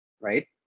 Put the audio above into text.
Right